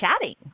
chatting